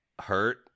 hurt